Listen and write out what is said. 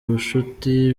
ubucuti